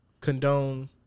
condone